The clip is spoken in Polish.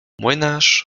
młynarz